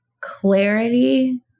clarity